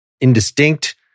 indistinct